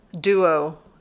duo